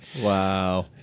Wow